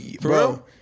bro